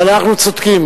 אבל אנחנו צודקים.